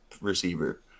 receiver